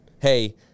hey